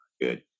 good